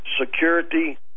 Security